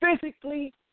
physically